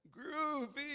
Groovy